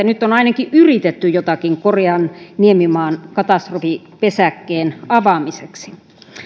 nyt on ainakin yritetty jotakin korean niemimaan katastrofipesäkkeen avaamiseksi